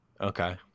Okay